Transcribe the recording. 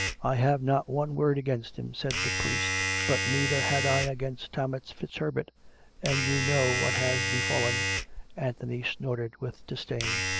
i have not one word against him, said the priest. but neither had i against thomas fitzherbert and you know what has befallen anthony snorted with disdain.